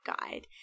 guide